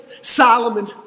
Solomon